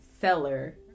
seller